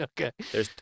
Okay